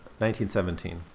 1917